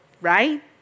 right